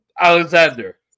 Alexander